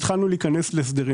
התחלנו להיכנס להסדרים.